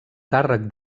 càrrec